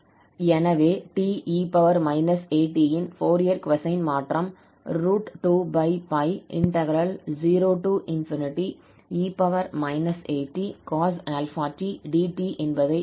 எனவே 𝑡𝑒−𝑎𝑡 இன் Fourier cosine மாற்றம் 20e atcos∝tdt என்பதை கவனிக்கவும்